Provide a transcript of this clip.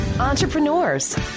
Entrepreneurs